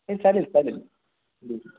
नाही चालेल चालेल